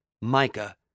Micah